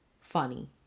funny